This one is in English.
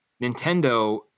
Nintendo